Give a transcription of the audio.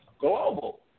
global